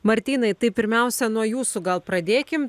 martynai tai pirmiausia nuo jūsų gal pradėkim